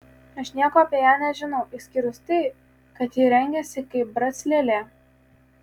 aš nieko apie ją nežinau išskyrus tai kad ji rengiasi kaip brac lėlė